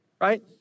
right